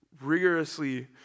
rigorously